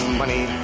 money